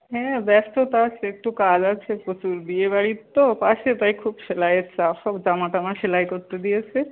হ্যাঁ ব্যস্ত তো আছি একটু কাজ আছে প্রচুর বিয়েবাড়ির তো পাশে তাই খুব সেলাইয়ের চাপ সব জামা টামা সেলাই করতে দিয়েছে